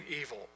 evil